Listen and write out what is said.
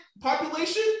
population